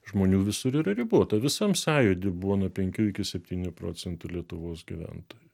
žmonių visur yra ribota visam sąjūdy buvo nuo penkių iki septynių procentų lietuvos gyventojų